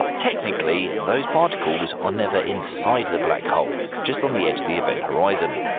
technically, those particles are never inside the black hole just um the edge of the event horizon,